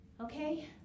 okay